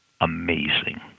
Amazing